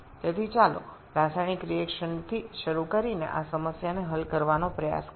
সুতরাং আসুন আমরা রাসায়নিক প্রতিক্রিয়া দিয়ে শুরু করে এই সমস্যাটি সমাধান করার চেষ্টা করি